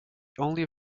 only